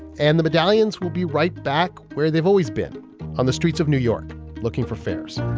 and the medallions will be right back where they've always been on the streets of new york looking for fares